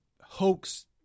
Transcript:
hoax